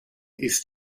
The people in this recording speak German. ist